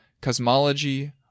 cosmology